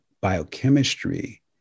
biochemistry